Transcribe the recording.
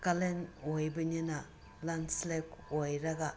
ꯀꯥꯂꯦꯟ ꯑꯣꯏꯕꯅꯤꯅ ꯂꯦꯟꯏꯁꯂꯥꯏꯠ ꯑꯣꯏꯔꯒ